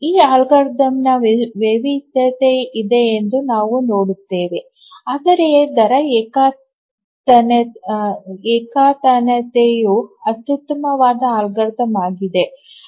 ಈ ಅಲ್ಗಾರಿದಮ್ನ ವೈವಿಧ್ಯತೆ ಇದೆ ಎಂದು ನಾವು ನೋಡುತ್ತೇವೆ ಆದರೆ ದರ ಏಕತಾನತೆಯು ಅತ್ಯುತ್ತಮವಾದ ಅಲ್ಗಾರಿದಮ್ ಆಗಿದೆ